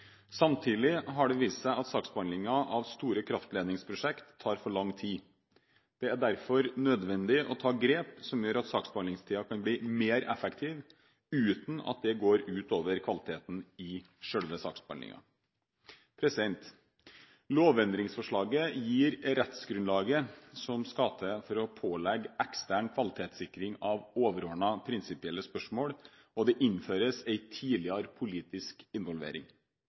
Samtidig har det vist seg at saksbehandlingen av store kraftledningsprosjekter tar for lang tid. Det er derfor nødvendig å ta grep som gjør at saksbehandlingstiden kan bli mer effektiv, uten at dette går ut over kvaliteten i selve saksbehandlingen. Lovendringsforslaget gir rettsgrunnlaget som skal til for å pålegge ekstern kvalitetssikring av overordnede prinsipielle spørsmål, og det innføres en tidligere politisk involvering.